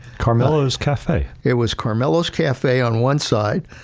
carmelo's cafe. it was carmelo's cafe on one side,